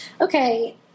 okay